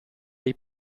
dei